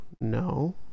no